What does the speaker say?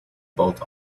both